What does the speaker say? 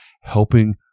helping